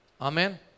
Amen